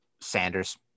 Sanders